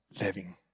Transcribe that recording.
living